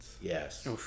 yes